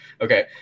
Okay